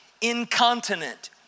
incontinent